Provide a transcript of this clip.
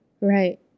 Right